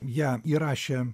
ją įrašė